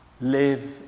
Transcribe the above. live